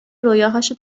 رویاهاشو